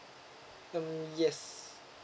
mm yes